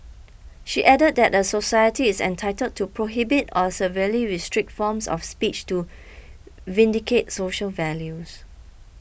she added that a society is entitled to prohibit or severely restrict forms of speech to vindicate social values